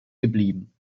geblieben